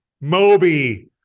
Moby